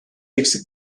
eksik